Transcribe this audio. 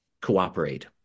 cooperate